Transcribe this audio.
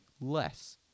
less